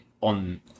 on